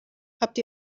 habt